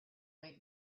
wait